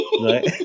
Right